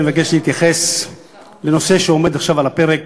אני מבקש להתייחס לנושא שעומד עכשיו על הפרק,